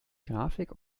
grafik